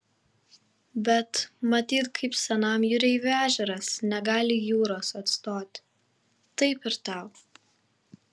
bet matyt kaip senam jūreiviui ežeras negali jūros atstoti taip ir tau